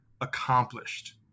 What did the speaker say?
accomplished